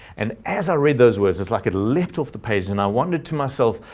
and as i read those words, it's like it leapt off the page. and i wondered to myself,